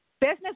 business